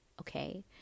okay